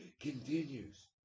continues